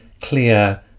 clear